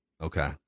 Okay